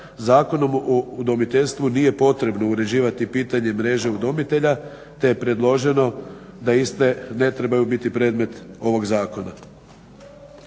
Zakonom o udomiteljstvu nije potrebno uređivati pitanje mreže udomitelja te je predloženo da iste ne trebaju biti predmet ovog zakona.